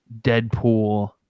Deadpool